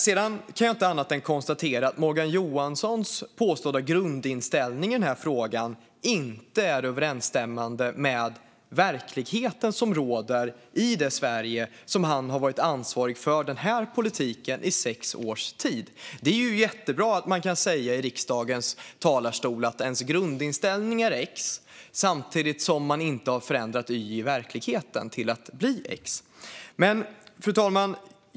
Sedan kan jag inte annat än konstatera att Morgan Johanssons påstådda grundinställning i denna fråga inte är överensstämmande med den verklighet som råder i det Sverige där han har varit ansvarig för denna politik i sex års tid. Det är jättebra att man i riksdagens talarstol kan säga att ens grundinställning är X samtidigt som man inte har förändrat Y i verkligheten till att bli X. Fru talman!